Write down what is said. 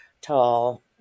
tall